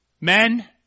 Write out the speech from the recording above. Men